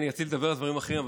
אני רציתי לדבר על דברים אחרים,